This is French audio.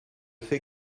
fait